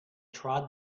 trod